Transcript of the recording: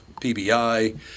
PBI